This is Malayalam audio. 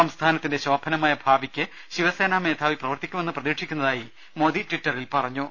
സംസ്ഥാനത്തിന്റെ ശോഭനമായ ഭാവിക്ക് ശിവസേനാ മേധാവി പ്രവർത്തി ക്കുമെന്ന് പ്രതീക്ഷിക്കുന്നതായി മോദി ട്വിറ്ററിൽ പറഞ്ഞു